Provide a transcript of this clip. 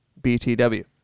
BTW